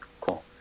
cool